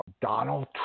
Donald